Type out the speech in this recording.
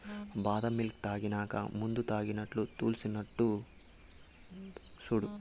బాదం మిల్క్ తాగినాక మందుతాగినట్లు తూల్తున్నడు సూడు